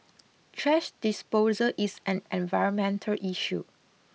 thrash disposal is an environmental issue